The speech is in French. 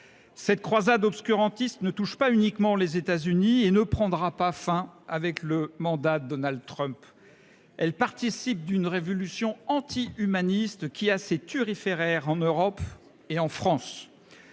Cette croisade obscurantiste ne touche pas uniquement les États Unis et ne prendra pas fin avec le mandat de Donald Trump. Elle participe d’une révolution antihumaniste qui a ses thuriféraires en Europe et en France.